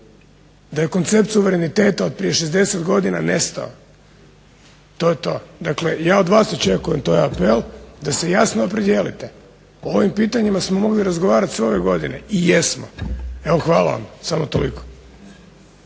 da je koncept suvereniteta od prije 60 godina nestao. To je to. Dakle ja od vas očekujem, to je apel, da se jasno opredijelite. O ovim pitanjima smo mogli razgovarati sve ove godine i jesmo. Evo hvala vam. Samo toliko.